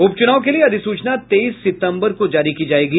उप चूनाव के लिए अधिसूचना तेईस सितम्बर को जारी की जायेगी